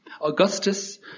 Augustus